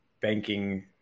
banking